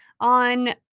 on